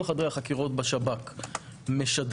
כל חדרי החקירות בשב"כ משדרים,